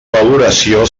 valoració